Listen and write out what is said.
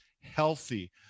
healthy